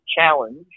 challenge